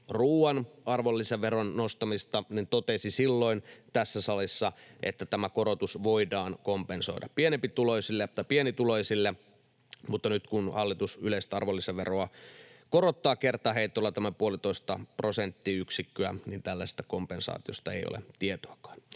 ruuan arvonlisäveron nostamista, totesi tässä salissa, että tämä korotus voidaan kompensoida pienituloisille, niin nyt, kun hallitus korottaa yleistä arvonlisäveroa kertaheitolla tämän puolitoista prosenttiyksikköä, tällaisesta kompensaatiosta ei ole tietoakaan.